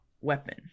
weapon